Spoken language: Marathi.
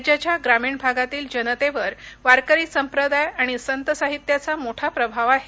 राज्याच्या ग्रामिण भागातील जनतेवर वारकरी संप्रदाय आणि संत साहित्याचा राज्यावर मोठा प्रभाव आहे